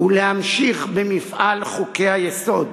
ולהמשיך במפעל חוקי-היסוד,